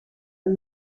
een